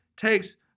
takes